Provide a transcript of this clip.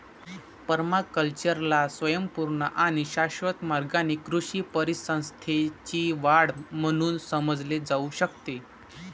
पर्माकल्चरला स्वयंपूर्ण आणि शाश्वत मार्गाने कृषी परिसंस्थेची वाढ म्हणून समजले जाऊ शकते